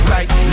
Right